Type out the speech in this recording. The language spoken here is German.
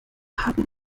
haben